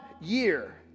year